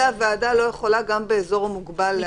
הוועדה לא יכולה גם באזור מוגבל להגביל.